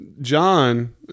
John